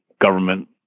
government